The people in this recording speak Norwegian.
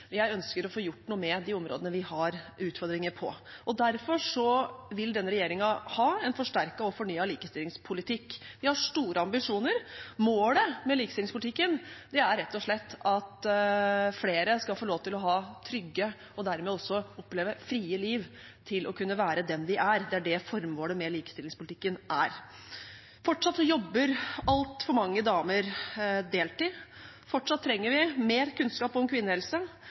Jeg ønsker å få gjort noe med de områdene vi har utfordringer på. Derfor vil denne regjeringen ha en forsterket og fornyet likestillingspolitikk. Vi har store ambisjoner. Målet med likestillingspolitikken er rett og slett at flere skal få lov til å ha trygge og dermed også frie liv og kunne oppleve å være den de er. Det er det formålet med likestillingspolitikken er. Fortsatt jobber altfor mange damer deltid. Fortsatt trenger vi mer kunnskap om kvinnehelse.